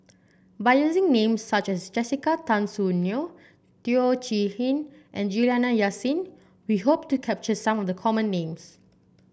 by using names such as Jessica Tan Soon Neo Teo Chee Hean and Juliana Yasin we hope to capture some of the common names